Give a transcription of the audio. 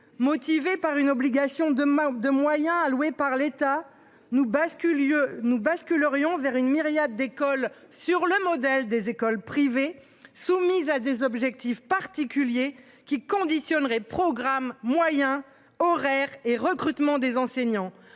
motivée par une obligation de manque de moyens alloués par l'État nous bascule yeux nous basque le rayon Vert une myriade d'école sur le modèle des écoles privées soumises à des objectifs particuliers qui conditionnerait programme moyen horaire et recrutement des enseignants